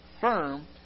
Firm